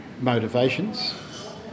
motivations